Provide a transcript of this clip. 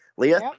Leah